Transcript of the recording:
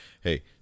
hey